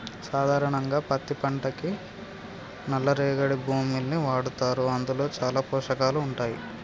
సాధారణంగా పత్తి పంటకి నల్ల రేగడి భూముల్ని వాడతారు అందులో చాలా పోషకాలు ఉంటాయి